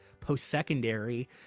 post-secondary